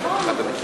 חבר הכנסת זאב.